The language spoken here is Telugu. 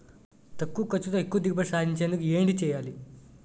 తక్కువ ఖర్చుతో ఎక్కువ దిగుబడి సాధించేందుకు ఏంటి చేయాలి?